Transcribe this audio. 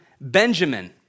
Benjamin